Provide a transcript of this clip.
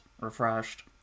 refreshed